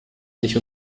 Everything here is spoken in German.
nicht